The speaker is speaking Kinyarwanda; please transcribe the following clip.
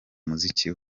muziki